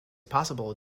possible